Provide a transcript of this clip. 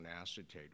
acetate